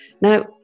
Now